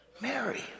Mary